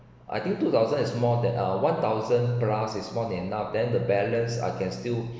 I think two thousand is more than uh one thousand plus is more than enough then the balance I can still